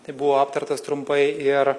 tai buvo aptartas trumpai ir